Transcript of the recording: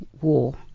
war